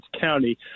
County